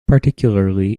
particularly